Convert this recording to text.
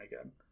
again